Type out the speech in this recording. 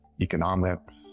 economics